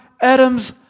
Adam's